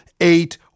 eight